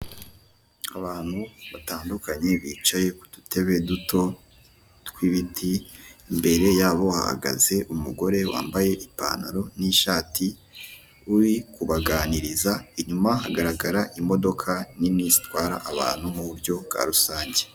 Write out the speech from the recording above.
Ubwoko bw'amafaranga atandukanye kandi abarwa bitandukanye birimo biragaragara ko ari amafaranga yo mu bihugu bitandukanye rero buri gihugu kiba kigiye gifite amafaranga gikoresha amafaranga kandi ni meza kuko akora ibintu byinshi bitandukanye mirongo inani kwi ijana muri ubu buzima ni amafaranga cyane cyane ko usigaye ajya no kwa muganga mbere yuko uvurwa bikagusaba kubanza kwishyura nibwo uhita umenya akamaro k'amafaranga